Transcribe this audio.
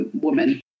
woman